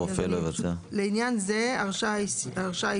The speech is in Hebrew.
אני ממשיכה לקרוא: לעניין זה "הרשאה אישית"